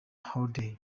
hallday